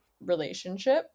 relationship